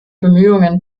bemühungen